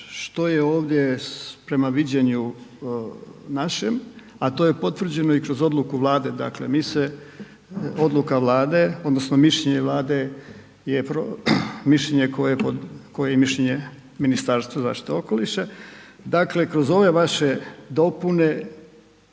što je ovdje prema viđenju našem a to je potvrđeno i kroz odluku Vlade. Dakle, mi se odluka Vlade odnosno mišljenje Vlade je mišljenje koje je i mišljenje Ministarstva zaštite okoliša, dakle kroz ove vaše dopune